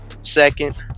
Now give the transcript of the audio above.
second